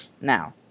Now